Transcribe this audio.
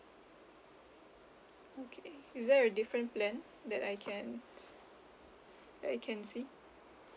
okay is there a different plan that I can that I can see